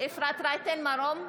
אפרת רייטן מרום,